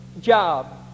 job